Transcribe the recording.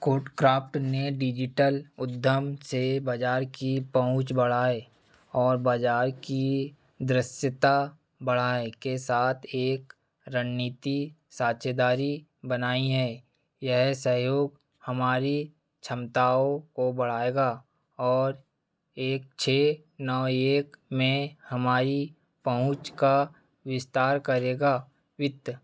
CodeCraft ने digital उद्यम से बाज़ार की पहुँच बढ़ाई और बाज़ार की दृश्यता बढ़ाने के साथ एक रणनीति साझीदारी बनाई है यह सहयोग हमारी क्षमताओं को बढ़ाएगा और एक छह नौ एक में हमारी पहुँच का विस्तार करेगा वित्त